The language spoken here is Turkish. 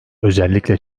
özellikle